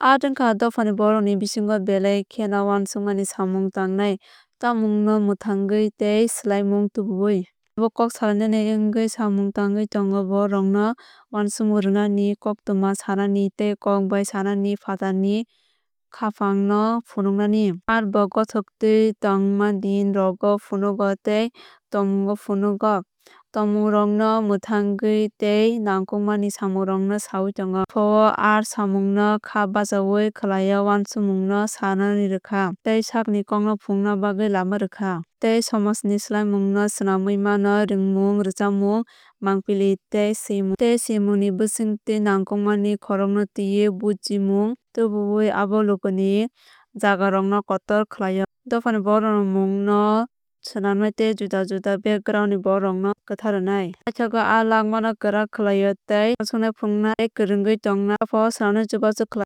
Art wngkha dophani borokrokni bisingo belai kheno nangkukmani samung tangwi tongmungno mwthangwi tei swlaimung tubuwi. Abo kok salainani wngwi samung tangwi tongo borokrokno uansukmung rwnani koktwma sanani tei kok bai sanani phatarni khápang no phunuknani. Art bo gothokui thangma din rokgu funuk go tei tongmungno phunukgo tongmungrokno mwthangwi tei nangkukmani samungrokno swiwi tongo. Dopha o art snammungno kha bachaoui khlaio uansukmungno swngwi rwkha tei sakni kokno phunukna bagwi lama rwkha. Tei somajni swlaimung no swnamwi mano rigmung rwchapmung mangpili tei swimung ni bisingtwi nangkukmani kokrokno twiwi bujthummung tubuwi abo lukuni jagarokno kotor khlaio. Dophani borokrokni mungno swnamnai tei juda juda backgroundni borokrokno kwtha rwnai. Paithago art langmano kwrak khlaio tei uansuknai phunuknai tei kwrwngwi tongnai dophano swnamnani chubachu khlaio.